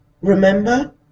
Remember